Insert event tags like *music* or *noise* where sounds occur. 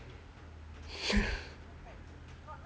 *laughs*